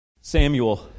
Samuel